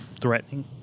threatening